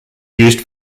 used